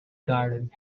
gardens